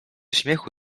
śmiechu